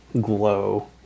glow